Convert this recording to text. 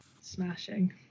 Smashing